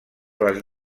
les